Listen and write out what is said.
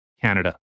Canada